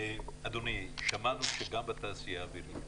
אדוני, שמענו שגם בתעשייה האווירית